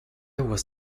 was